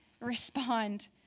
respond